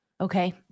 Okay